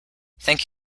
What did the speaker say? thank